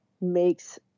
makes